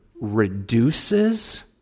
reduces